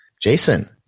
Jason